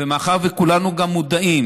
ומאחר שכולנו גם מודעים